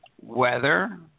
weather